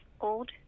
old